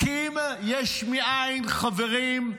הקים יש מאין, חברים,